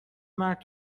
مرد